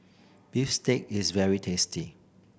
bistake is very tasty